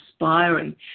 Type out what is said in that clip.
inspiring